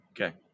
Okay